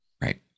Right